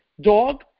dog